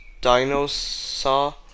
dinosaur